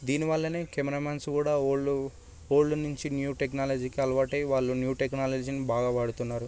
దీనివల్లనే cameramans కూడా old old నుంచి new టెక్నాలజీకి అలవాటు అయ్యి వాళ్ళు న్యూ టెక్నాలజీని బాగా వాడుతున్నారు